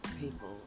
people